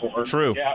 True